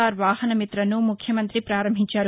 are వాహనమిత ను ముఖ్యమంతి ప్రారంభించారు